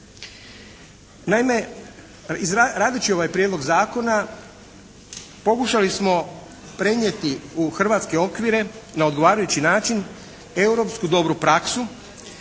Naime, radeći ovaj prijedlog zakona pokušali smo prenijeti u hrvatske okvire na odgovarajući način europsku dobru praksu